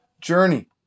journey